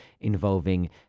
involving